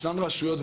ישנן רשויות,